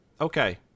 Okay